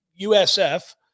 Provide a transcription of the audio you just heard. USF